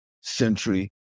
century